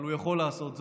אבל הוא יכול לעשות זאת,